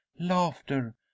laughter